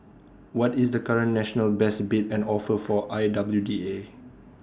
what is the current national best bid and offer for I W D A